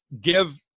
give